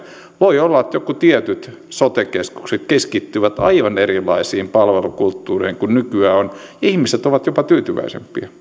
voi olla että jotkut tietyt sote keskukset keskittyvät aivan erilaisiin palvelukulttuureihin kuin nykyään on ihmiset ovat jopa tyytyväisempiä